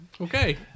Okay